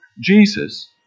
Jesus